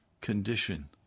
condition